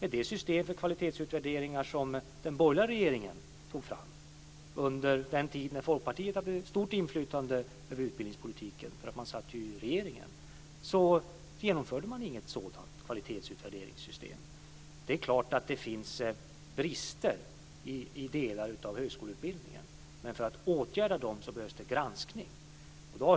Det system för kvalitetsutvärderingar som den borgerliga regeringen tog fram under den tid Folkpartiet hade stort inflytande över utbildningspolitiken, för man satt ju i regeringen, genomfördes inte. Det är klart att det finns brister i delar av högskoleutbildningen. Men för att åtgärda dem behövs det granskning.